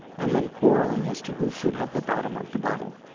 and then quarrelling as to who should have the bottom of the bottle!